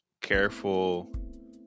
careful